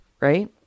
right